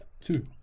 two